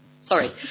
Sorry